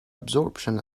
absorption